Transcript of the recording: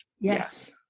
yes